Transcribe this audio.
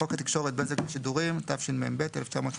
חוק התקשורת (בזק ושידורים), התשמ"ב-1982,